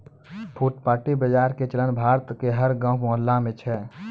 फुटपाती बाजार के चलन भारत के हर गांव मुहल्ला मॅ छै